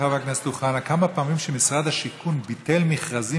חבר הכנסת אוחנה: כמה פעמים משרד השיכון ביטל מכרזים